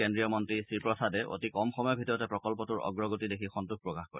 কেন্দ্ৰীয় মন্ত্ৰী শ্ৰীপ্ৰসাদে অতি কম সময়ৰ ভিতৰতে প্ৰকল্পটোৰ অগ্ৰগতি দেখি সন্তোষ প্ৰকাশ কৰে